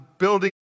building